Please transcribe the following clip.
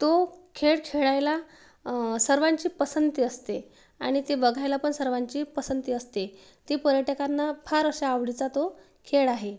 तो खेळ खेळायला सर्वांची पसंती असते आणि ती बघायला पण सर्वांची पसंती असते ती पर्यटकांना फार असा आवडीचा तो खेळ आहे